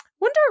wonder